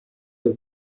der